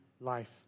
life